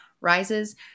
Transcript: rises